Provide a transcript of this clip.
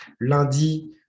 lundi